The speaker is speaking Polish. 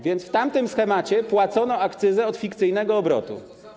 W tamtym schemacie płacono akcyzę od fikcyjnego obrotu.